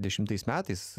dešimtais metais